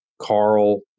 Carl